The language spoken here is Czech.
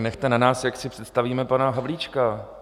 Nechte na nás, jak si představíme pana Havlíčka.